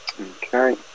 Okay